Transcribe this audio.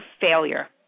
failure